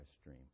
stream